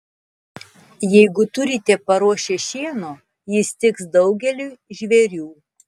jeigu turite paruošę šieno jis tiks daugeliui žvėrių